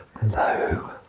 Hello